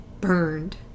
burned